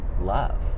love